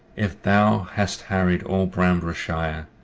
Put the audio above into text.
if thou hast harried all bamborough shire,